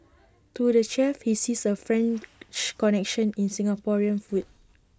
to the chef he sees A French connection in Singaporean food